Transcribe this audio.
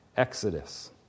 Exodus